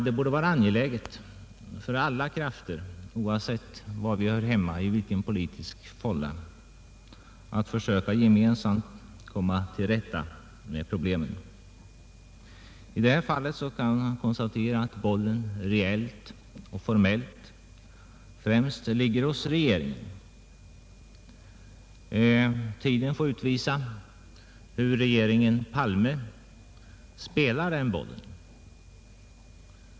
Det borde vara angeläget för oss alla, oavsett i vilken politisk fålla vi hör hemma, att gemensamt försöka komma till rätta med problemen. I detta fall ligger bollen reellt och formellt hos regeringen. Tiden får utvisa hur regeringen Palme spelar den bollen.